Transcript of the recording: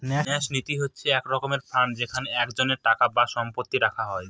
ন্যাস নীতি হচ্ছে এক রকমের ফান্ড যেখানে একজনের টাকা বা সম্পত্তি রাখা হয়